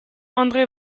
andré